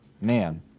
man